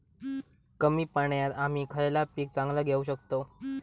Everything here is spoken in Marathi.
कमी पाण्यात आम्ही खयला पीक चांगला घेव शकताव?